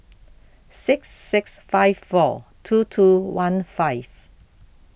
six six five four two two one five